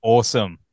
Awesome